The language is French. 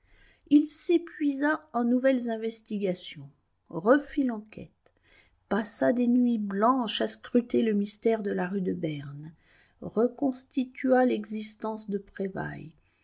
il s'épuisa en nouvelles investigations refit l'enquête passa des nuits blanches à scruter le mystère de la rue de berne reconstitua l'existence de